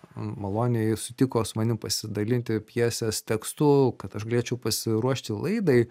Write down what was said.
maloniai sutiko su manim pasidalinti pjesės tekstu kad aš galėčiau pasiruošti laidai